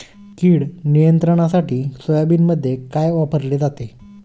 कीड नियंत्रणासाठी सोयाबीनमध्ये काय वापरले जाते?